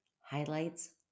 highlights